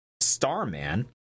Starman